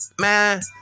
Man